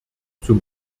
zum